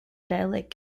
dialect